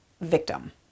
victim